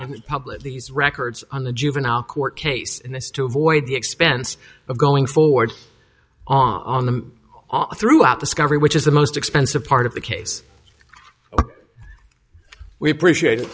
and public these records on the juvenile court case and it's to avoid the expense of going forward on the on throughout this country which is the most expensive part of the case we appreciate it